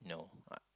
no I